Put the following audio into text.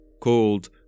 called